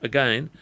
Again